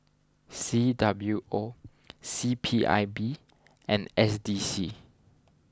C W O C P I B and S D C